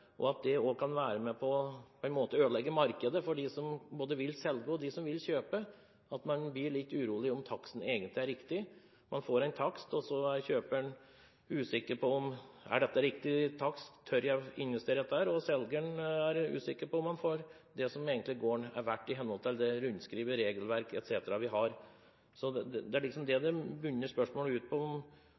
vil selge, og dem som vil kjøpe. Man blir litt urolig for om taksten egentlig er riktig. Man får en takst, og så er kjøperen usikker på om det er riktig takst. Tør jeg investere i dette? Og selgeren er usikker på om han får det gården egentlig er verdt i henhold til de rundskriv, regelverk etc. vi har. Det spørsmålet bunner i, er om statsråden er bekymret for dette. Det er i hvert fall ikke noe positivt, synes jeg. Når det henvises til det